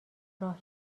راه